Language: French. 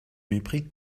mépris